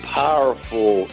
powerful